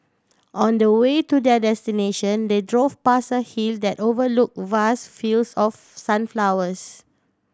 on the way to their destination they drove past a hill that overlook vast fields of sunflowers